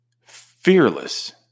fearless